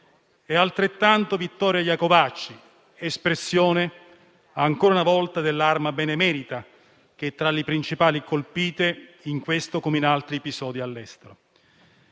è altrettanto Vittorio Iacovacci, espressione, ancora una volta, dell'Arma benemerita, che è tra le principali colpite in questo come in altri episodi all'estero.